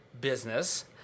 business